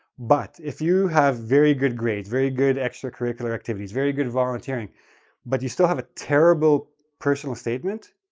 but if you have very good grades, very good extracurricular activities, very good volunteering but you still have a terrible personal statement,